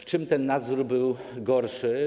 W czym ten nadzór był gorszy?